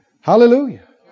Hallelujah